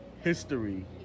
History